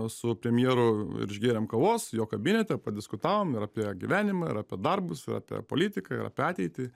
su premjeru ir išgėrėm kavos jo kabinete padiskutavom ir apie gyvenimą ir apie darbus ir apie politiką ir apie ateitį